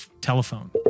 telephone